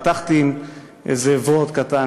פתחתי באיזה וורט קטן,